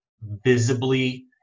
visibly